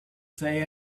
say